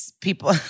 people